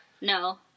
No